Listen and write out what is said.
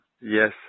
Yes